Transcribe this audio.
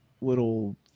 little